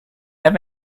have